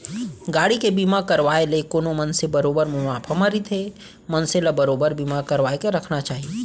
गाड़ी के बीमा करवाय ले कोनो मनसे बरोबर मुनाफा म रहिथे मनसे ल बरोबर बीमा करवाके रखना चाही